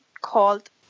called